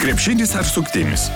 krepšinis ar suktinis